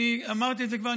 אמרתי את זה כבר,